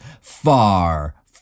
far